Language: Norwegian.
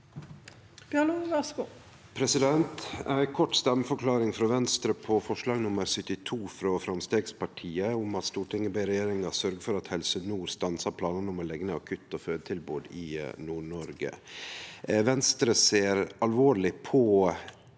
Eg har ei kort stemmeforklaring frå Venstre på forslag nr. 72, frå Framstegspartiet, om at «Stortinget ber regjeringen sørge for at Helse nord RHF stanser planene om å legge ned akutt- og fødetilbud i Nord-Norge». Venstre ser alvorleg på